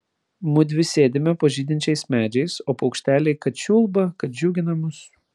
mudvi sėdime po žydinčiais medžiais o paukšteliai kad čiulba kad džiugina mus